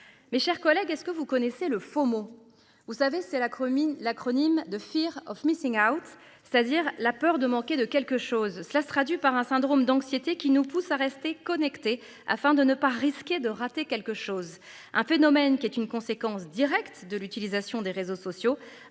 Mes chers collègues, est-ce que vous connaissez le FOMO. Vous savez c'est la chromie l'acronyme de Fear of missing out, c'est-à-dire la peur de manquer de quelque chose, cela se traduit par un syndrome d'anxiété qui nous pousse à rester connecté, afin de ne pas risquer de rater quelque chose un phénomène qui est une conséquence directe de l'utilisation des réseaux sociaux